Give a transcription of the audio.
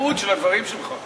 היום שהמאגר הזה לא ייפרץ.